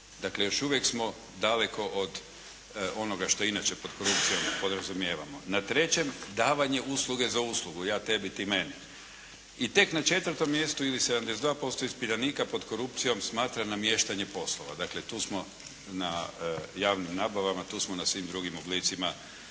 Dakle još uvijek smo daleko od onoga što inače pod korupcijom podrazumijevamo. Na trećem, davanje usluge za uslugu. Ja tebi, ti meni. I tek na četvrtom mjestu ili 72% ispitanika pod korupcijom smatra namještanje poslova. Dakle tu smo na javnim nabavama, tu smo na svim drugim oblicima